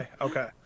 Okay